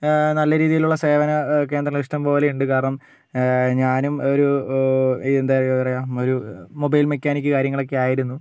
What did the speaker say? നല്ല രീതിയിലുള്ള സേവന കേന്ദ്രങ്ങൾ ഇഷ്ടം പോലെയുണ്ട് കാരണം ഞാനും ഒരു എന്തായതിന് പറയുക ഒരു മൊബൈൽ മെക്കാനിക് കാര്യങ്ങളൊക്കെയായിരുന്നു